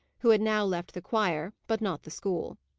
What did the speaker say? who had now left the choir, but not the school.